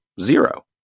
zero